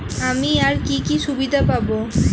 আমি আর কি কি সুবিধা পাব?